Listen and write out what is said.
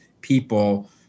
people